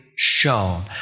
Shown